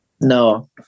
No